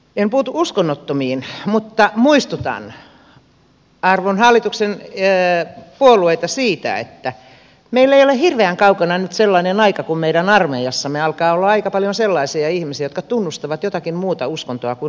en puutu uskonnottomiiin mutta muistutan arvon hallituksen puolueita siitä että meillä ei ole hirveän kaukana nyt sellainen aika kun meidän armeijassamme alkaa olla aika paljon sellaisia ihmisiä jotka tunnustavat jotakin muuta uskontoa kuin valtionuskontoa